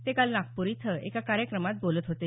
ते काल नागपूर इथं एका कार्यक्रमात बोलत होते